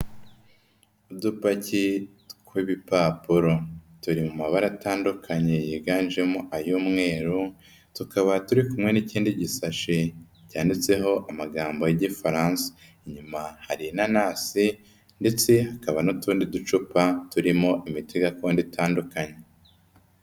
Udupaki tw'ibipapuro turi mu mabara atandukanye yiganjemo ay'umweru, tukaba turi kumwe n'ikindi gisashe cyanditseho amagambo y'igifaransa, inyuma hari inanasi ndetse hakaba n'utundi ducupa turimo imiti gakondo itandukanye.